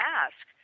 ask